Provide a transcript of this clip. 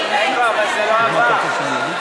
מי לא יהיה יו"ר הקואליציה הבא?